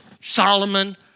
Solomon